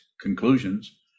conclusions